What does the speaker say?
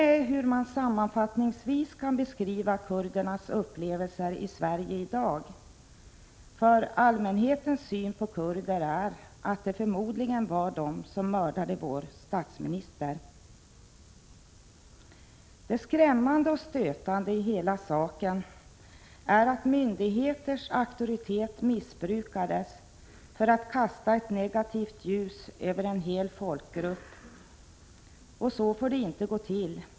Så kan man sammanfattningsvis beskriva kurdernas upplevelser i dag, för allmänhetens syn på kurder är att det förmodligen var de som mördade vår statsminister. Det skrämmande och stötande i hela denna sak är att myndigheters auktoritet missbrukades för att kasta ett negativt ljus över en hel folkgrupp. Så får det inte gå till.